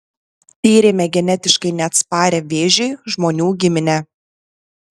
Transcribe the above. tyrėme genetiškai neatsparią vėžiui žmonių giminę